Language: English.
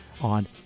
On